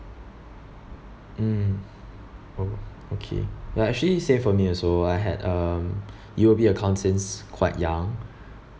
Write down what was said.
mm oh okay ya actually same for me also I had um U_O_B account since quite young